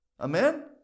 Amen